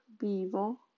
vivo